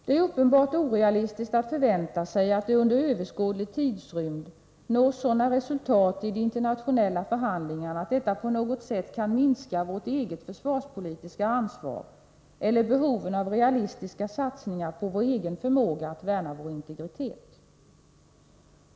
Det är uppenbart orealistiskt att förvänta sig att det under överskådlig tidsrymd nås sådana resultat i de internationella förhandlingarna att detta på något sätt kan minska vårt eget försvarspolitiska ansvar eller behoven av realistiska satsningar på vår egen förmåga att värna vår integritet.